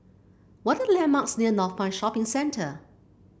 what are the landmarks near Northpoint Shopping Centre